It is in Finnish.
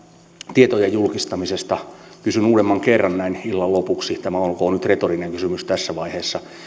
tietojen julkistamisesta kysyn uudemman kerran näin illan lopuksi tämä olkoon nyt retorinen kysymys tässä vaiheessa